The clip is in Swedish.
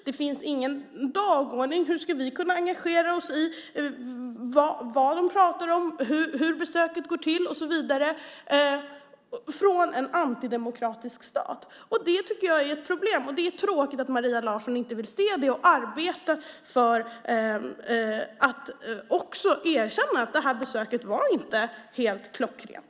Det finns ingen dagordning. Hur ska vi kunna engagera oss i vad de pratar om, hur besöket går till och så vidare? Jag tycker att det är ett problem. Det är tråkigt att Maria Larsson inte vill se det och erkänna att det här besöket inte var helt klockrent.